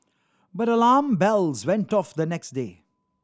but alarm bells went off the next day